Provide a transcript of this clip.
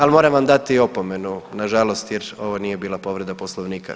Ali moram vam dati opomenu nažalost jer ovo nije bila povreda poslovnika.